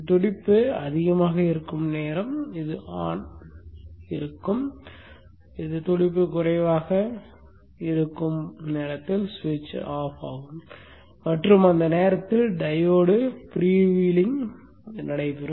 துடிப்பு அதிகமாக இருக்கும் நேரம் ஆன் ஆகும் துடிப்பு குறைவாக இருக்கும் நேரத்தில் சுவிட்ச் ஆஃப் ஆகும் மற்றும் அந்த நேரத்தில் டையோடு ஃப்ரீவீலிங் ஆகும்